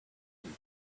can